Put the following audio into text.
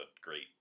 great